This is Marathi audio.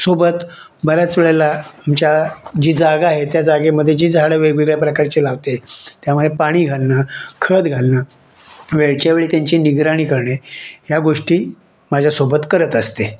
सोबत बऱ्याच वेळेला आमच्या जी जागा आहे त्या जागेमध्ये जी झाडं वेगवेगळ्या प्रकारची लावते त्यामुळे पाणी घालणं खत घालणं वेळच्या वेळी त्यांची निगराणी करणे या गोष्टी माझ्यासोबत करत असते